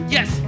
Yes